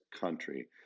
country